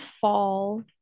fall